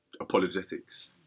apologetics